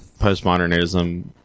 Postmodernism